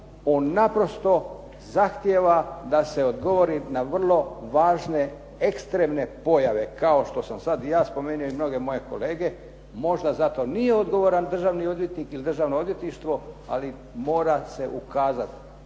On naprosto zahtijeva da se odgovori na vrlo važne ekstremne pojave kao što sam sad i ja spomenuo i mnoge moje kolege. Možda za to nije odgovoran državni odvjetnik ili Državno odvjetništvo ali mora se ukazati.